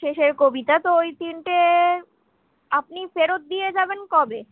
শেষের কবিতা তো ওই তিনটে আপনি ফেরত দিয়ে যাবেন কবে